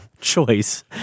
choice